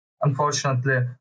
unfortunately